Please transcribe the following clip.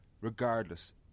regardless